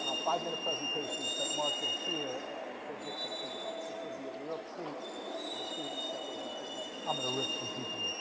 ah five-minute presentations that mark will hear and he'll give some feedback, which will be a real treat for the students that will be presenting. i'm gonna rip some people ah